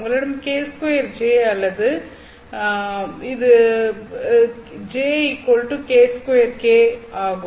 உங்களிடம் K2J உள்ளது இது ஸ்கிரிப்ட் Jk2K0 ஆகும்